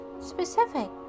specific